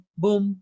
boom